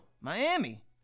Miami